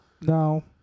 no